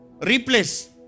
Replace